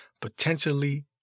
potentially